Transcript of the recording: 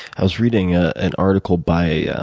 i was reading ah an article by yeah